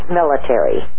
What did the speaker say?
military